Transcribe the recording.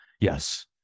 yes